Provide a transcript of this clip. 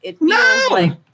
No